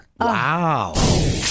Wow